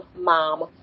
mom